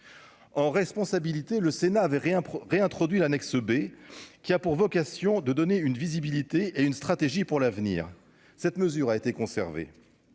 En responsabilité, le Sénat avait rien réintroduit l'annexe B qui a pour vocation de donner une visibilité et une stratégie pour l'avenir, cette mesure a été conservé